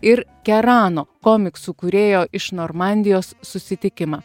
ir kerano komiksų kūrėjo iš normandijos susitikimą